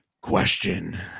Question